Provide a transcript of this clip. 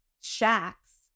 shacks